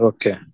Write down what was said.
Okay